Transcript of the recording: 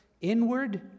inward